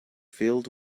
filled